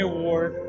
Award